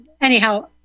Anyhow